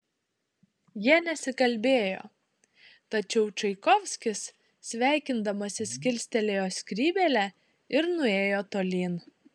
jie nesikalbėjo tačiau čaikovskis sveikindamasis kilstelėjo skrybėlę ir nuėjo tolyn